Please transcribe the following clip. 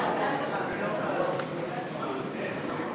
ההצעה להעביר את הצעת חוק לתיקון פקודת פשיטת הרגל